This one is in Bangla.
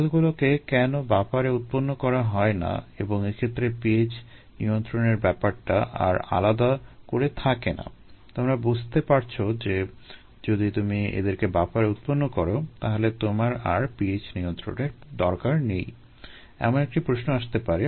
সেলগুলোকে কেন বাফারে উৎপন্ন করা হয় না এবং এক্ষেত্রে pH নিয়ন্ত্রণের ব্যাপারটা আর আলাদা করে থাকে না তোমরা বুঝতে পারছো যে যদি তুমি এদেরকে বাফারে উৎপন্ন করো তাহলে তোমার আর pH নিয়ন্ত্রণের দরকার নেই এমন একটি প্রশ্ন আসতে পারে